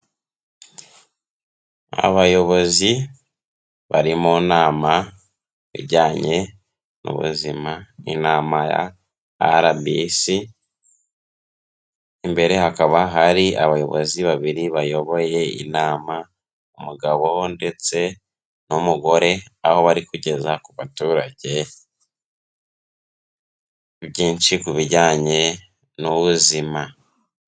Abayobozi bari mu nama ijyanye n'ubuzima. Ni inama ya RBC; imbere hakaba hari abayobozi babiri bayoboye inama, umugabo ndetse n'umugore aho bari kugeza ku baturage byinshi ku bijyanye n'ubuzima.